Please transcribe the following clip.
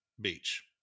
Beach